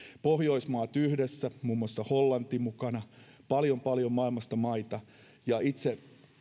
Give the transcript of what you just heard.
pohjoismaat ovat yhdessä muun muassa hollanti mukana paljon paljon maailmasta maita ja itse